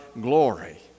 glory